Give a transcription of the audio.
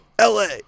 LA